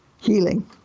healing